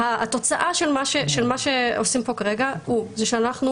התוצאה של מה שעושים פה כרגע היא שבמקום